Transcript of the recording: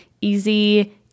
easy